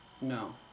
No